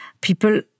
People